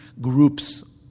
groups